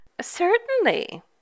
Certainly